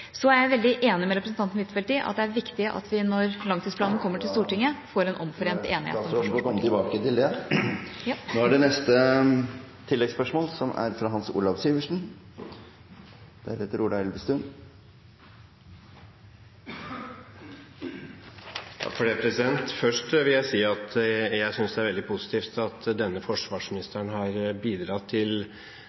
Så er jeg veldig enig med representanten Huitfeldt i at det er viktig at vi når langtidsplanen kommer til Stortinget, får en omforent enighet … Statsråden får heller komme tilbake til det. Ja. Hans Olav Syversen – til oppfølgingsspørsmål. Først vil jeg si at jeg synes det er veldig positivt at forsvarsministeren har bidratt til